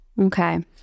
Okay